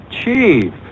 Chief